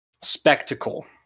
spectacle